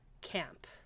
camp